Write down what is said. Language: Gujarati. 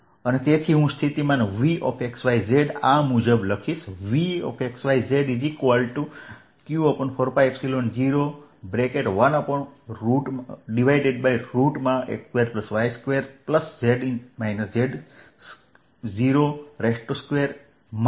અને તેથી હું સ્થિતિમાન Vx yz આ મુજબ લખી શકીશ